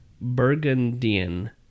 Burgundian